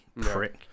prick